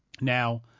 Now